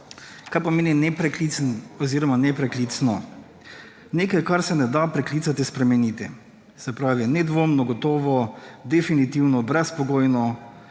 oziroma nepreklicno – »nekaj kar se ne da preklicati, spremeniti«. Se pravi, nedvomno, gotovo, definitivno, brezpogojno